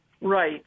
Right